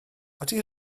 ydy